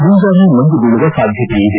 ಮುಂಜಾನೆ ಮಂಜು ಬೀಳುವ ಸಾಧ್ಯತೆ ಇದೆ